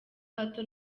hato